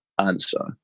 answer